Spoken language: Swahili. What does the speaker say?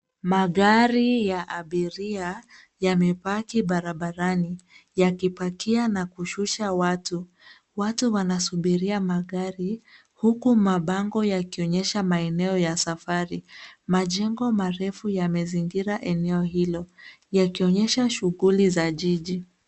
Magari ya abiria yamepaki barabarani yakipakia na kushusha watu. Watu wanasubiria magari, huku mabango yakioonyesha maeneo ya safari. Majengo marefu yamezingira eneo hilo yakionyesha shughuli nyingi za jiji.